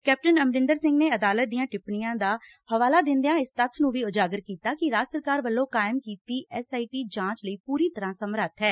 captain Amarinder Singh ਨੇ ਅਦਾਲਤ ਦੀਆਂ ਟਿੱਪਣੀਆਂ ਦਾ ਹਵਾਲਾ ਦਿੰਦਿਆਂ ਇਸ ਤੱਬ ਨੂੰ ਵੀ ਉਜਾਗਰ ਕੀਤਾ ਕਿ ਰਾਜ ਸਰਕਾਰ ਵੱਲੋ ਕਾਇਮ ਕੀਡੀ ਐਸ ਆਈ ਟੀ ਜਾਂਚ ਲਈ ਪੁਰੀ ਤਰ੍ਧਾਂ ਸਮੱਰਬਾ ਐ